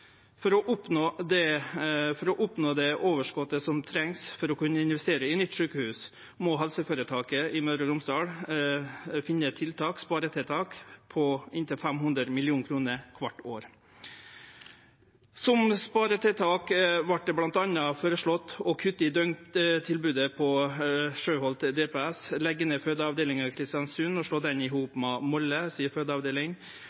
For å oppnå det overskotet ein treng for å kunne investere i nytt sjukehus, må helseføretaket i Møre og Romsdal finne tiltak, sparetiltak, på inntil 500 mill. kr kvart år. Som sparetiltak vart det bl.a. føreslått å kutte i døgntilbodet på Sjøholt DPS, leggje ned fødeavdelinga i Kristiansund og slå ho i